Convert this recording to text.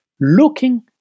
looking